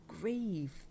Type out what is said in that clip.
grieve